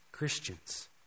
Christians